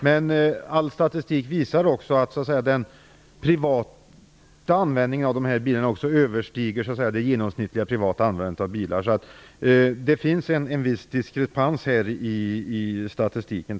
Men all statistik visar att den privata användningen av bilarna överstiger det genomsnittliga privata användandet av bilar. Det finns trots allt en viss diskrepans i statistiken.